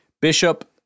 Bishop